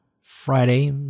Friday